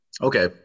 Okay